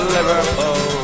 Liverpool